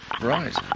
Right